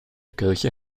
kirche